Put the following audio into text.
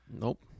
Nope